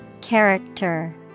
Character